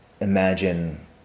imagine